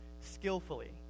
skillfully